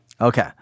Okay